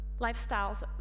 lifestyles